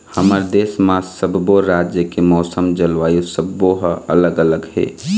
हमर देश म सब्बो राज के मउसम, जलवायु सब्बो ह अलग अलग हे